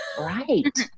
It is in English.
Right